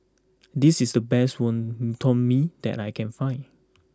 this is the best Wonton Mee that I can find